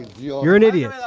you're an idiot,